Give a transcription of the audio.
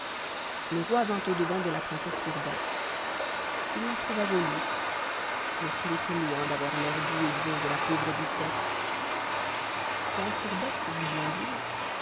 le roi vint au-devant de la princesse fourbette il la trouva jolie mais qu'elle était loin d'avoir l'air doux et bon de la pauvre doucette quand fourbette